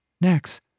Next